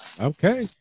okay